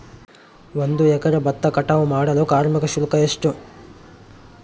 ಒಂದು ಎಕರೆ ಭತ್ತ ಕಟಾವ್ ಮಾಡಲು ಕಾರ್ಮಿಕ ಶುಲ್ಕ ಎಷ್ಟು?